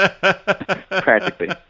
Practically